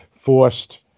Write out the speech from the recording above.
forced